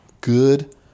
Good